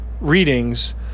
readings